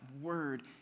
word